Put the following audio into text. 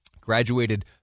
graduated